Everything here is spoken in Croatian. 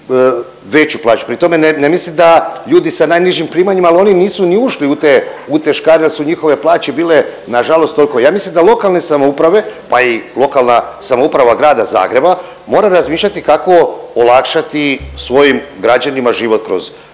veću plaću. Pri tome ne mislim da ljudi sa najnižim primanjima, ali oni nisu ni ušli u te škare jel su njihove plaće bile nažalost tolko. Ja mislim da lokalne samouprave, pa i lokalna samouprava Grada Zagreba mora razmišljati kako olakšati svojim građanima život kroz